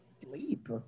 sleep